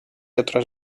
otras